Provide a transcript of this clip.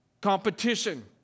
competition